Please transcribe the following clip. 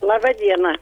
laba diena